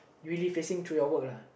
you really facing through your work lah